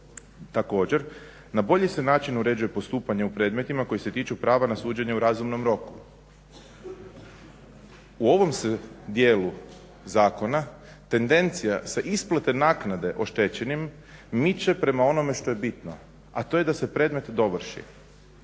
Također na bolji se način uređuje postupanje u predmetima koji se tiču prava na suđenju u razumnom roku. U ovom se dijelu zakona tendencija sa isplate naknade oštećenim miče prema onom što je bitno, a to je da se predmet dovrši.